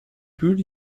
poules